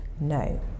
No